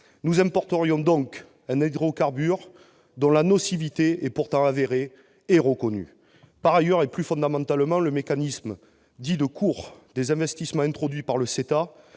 Nous importerions donc un hydrocarbure dont la nocivité est pourtant avérée et reconnue. Par ailleurs, et plus fondamentalement, le mécanisme dit de cour d'investissement introduit par le CETA